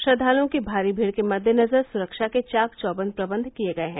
श्रद्वालुओं की भारी भीड़ के मद्देनजर सुरक्षा के चाक चौबंद प्रदंध किये गये हैं